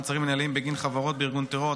מעצרים מינהליים בגין חברות בארגון טרור),